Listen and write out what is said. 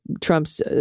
Trump's